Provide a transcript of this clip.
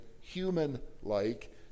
human-like